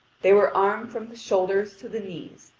they were armed from the shoulders to the knees,